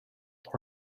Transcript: nor